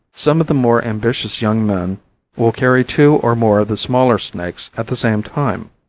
some of the more ambitious young men will carry two or more of the smaller snakes at the same time.